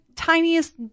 Tiniest